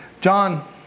John